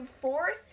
fourth